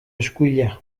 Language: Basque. eskuila